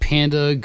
Panda